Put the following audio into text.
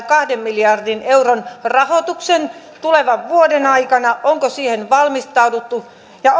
kahden miljardin euron rahoituksen tulevan vuoden aikana onko siihen valmistauduttu ja